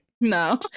No